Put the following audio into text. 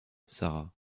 sara